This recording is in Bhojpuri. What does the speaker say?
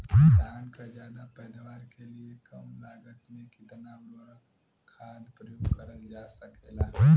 धान क ज्यादा पैदावार के लिए कम लागत में कितना उर्वरक खाद प्रयोग करल जा सकेला?